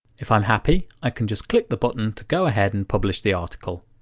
if i'm happy, i can just click the button to go ahead and publish the article.